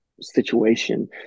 situation